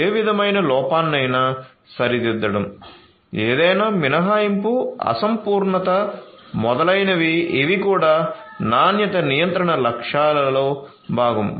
ఏ విధమైన లోపాన్నైనా సరిదిద్దడం ఏదైనా మినహాయింపు అసంపూర్ణత మొదలైనవి ఇవి కూడా నాణ్యత నియంత్రణ లక్ష్యాలలో భాగం